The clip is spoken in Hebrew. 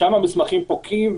שם המסמכים פוקעים,